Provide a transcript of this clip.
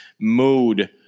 mood